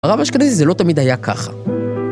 הרב האשכנזי זה לא תמיד היה ככה.